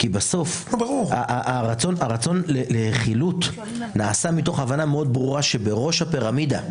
כי בסוף הרצון לחילוט נעשה מתוך הבנה מאוד ברורה שבראש הפירמידה,